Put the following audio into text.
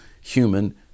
human